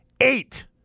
Eight